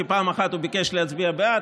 כי פעם אחת הוא ביקש להצביע בעד,